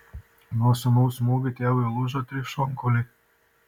nuo sūnaus smūgių tėvui lūžo trys šonkauliai